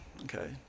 okay